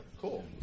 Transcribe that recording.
Cool